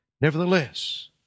Nevertheless